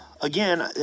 again